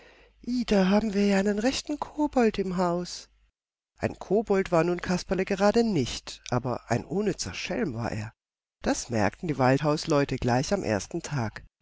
da haben wir ja einen rechten kobold im haus ein kobold war nun kasperle gerade nicht aber ein unnützer schelm war er das merkten die waldhausleute gleich am ersten tag